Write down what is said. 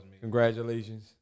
congratulations